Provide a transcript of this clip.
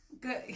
Good